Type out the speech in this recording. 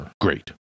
great